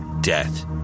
death